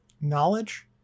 Knowledge